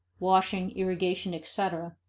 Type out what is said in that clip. washing, irrigation, etc,